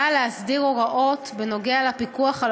באה להסדיר הוראות בנוגע לפיקוח על